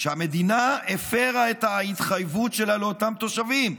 שהמדינה הפירה את ההתחייבות שלה לאותם תושבים.